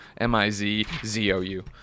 M-I-Z-Z-O-U